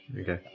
Okay